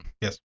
Yes